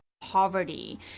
poverty